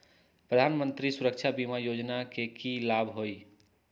प्रधानमंत्री सुरक्षा बीमा योजना के की लाभ हई?